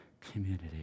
community